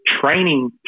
training